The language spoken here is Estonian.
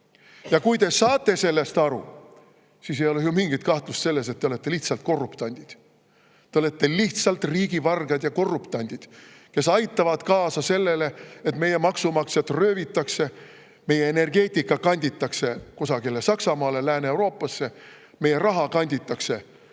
Ja kui te saate sellest aru, siis ei ole ju mingit kahtlust selles, et te olete lihtsalt korruptandid. Te olete lihtsalt riigivargad ja korruptandid, kes aitavad kaasa sellele, et meie maksumaksjaid röövitakse, meie energeetika kanditakse kusagile Saksamaale, Lääne-Euroopasse. Meie raha kanditakse